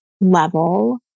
level